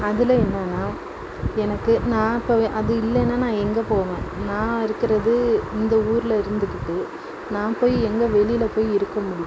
அதில் என்னான்னா எனக்கு நான் இப்போ அது இல்லைன்னா நான் எங்கே போவேன் நான் இருக்கிறது இந்த ஊரில் இருந்துக்கிட்டு நான் போய் எங்கே வெளியில போய் இருக்க முடியும்